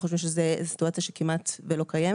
חושבים שזו סיטואציה שכמעט לא קיימת.